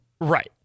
Right